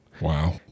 Wow